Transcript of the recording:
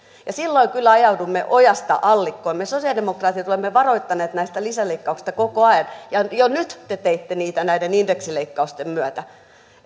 ja silloin kyllä ajaudumme ojasta allikkoon me sosialidemokraatit olemme varoittaneet näistä lisäleikkauksista koko ajan ja jo nyt te teitte niitä näiden indeksileikkausten myötä